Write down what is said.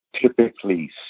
typically